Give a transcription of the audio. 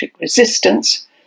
resistance